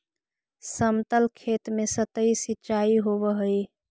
समतल खेत में सतही सिंचाई होवऽ हइ